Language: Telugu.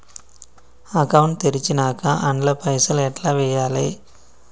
అకౌంట్ తెరిచినాక అండ్ల పైసల్ ఎట్ల వేయాలే?